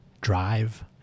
drive